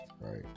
right